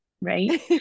Right